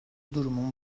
durumun